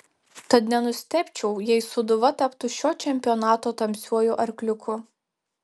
tad nenustebčiau jei sūduva taptų šio čempionato tamsiuoju arkliuku